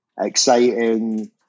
exciting